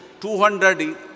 200